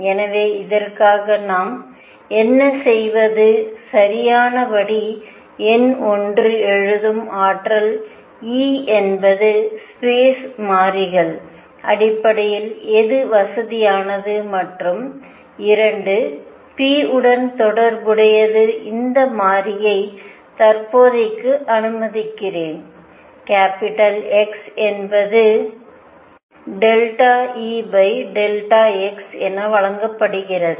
எனவே இதற்காக நாம் என்ன செய்வது சரியான படி எண் ஒன்று எழுதும் ஆற்றல் E என்பது ஸ்பேஸ் மாறிகள் அடிப்படையில் எது வசதியானது மற்றும் 2 p உடன் தொடர்புடையது அந்த மாறியை தற்போதைக்கு அனுமதிக்கிறேன் கேப்பிடல் X என்பது E x என வழங்கப்படுகிறது